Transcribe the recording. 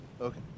Okay